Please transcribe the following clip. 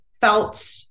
felt